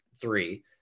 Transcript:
three